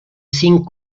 cinc